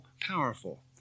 powerful